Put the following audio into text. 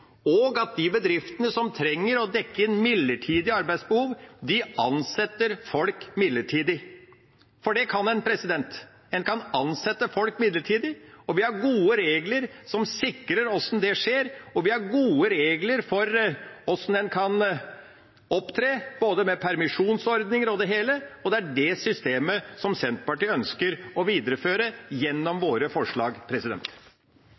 og at de bedriftene som trenger å dekke inn midlertidige arbeidsbehov, ansetter folk midlertidig. For det kan en – en kan ansette folk midlertidig. Vi har gode regler som sikrer hvordan det skjer, og vi har gode regler for hvordan en kan opptre når det gjelder permisjonsordninger og det hele, og det er det systemet Senterpartiet ønsker å videreføre gjennom